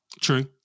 true